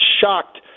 shocked